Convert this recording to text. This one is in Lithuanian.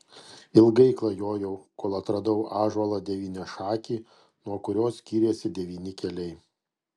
ilgai klajojau kol atradau ąžuolą devyniašakį nuo kurio skyrėsi devyni keliai